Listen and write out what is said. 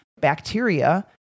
bacteria